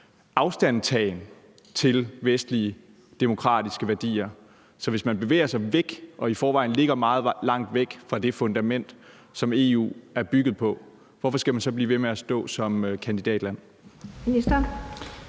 afstandtagen fra vestlige, demokratiske værdier. Så hvis man bevæger sig væk og i forvejen ligger meget langt væk fra det fundament, som EU er bygget på, hvorfor skal man så blive ved med at stå som kandidatland?